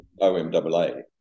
OMAA